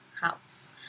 house